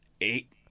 eight